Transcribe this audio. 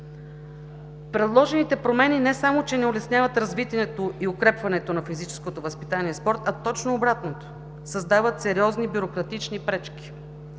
Предложените промени не само че не улесняват развитието и укрепването на физическото възпитание и спорта, а точно обратното – създават сериозни бюрократични пречки.